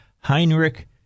Heinrich